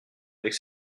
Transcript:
avec